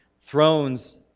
Thrones